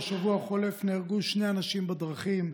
בשבוע החולף נהרגו שני אנשים בדרכים.